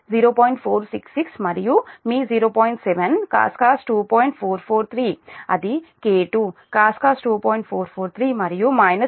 443 మరియు మైనస్ 0